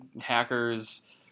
hackers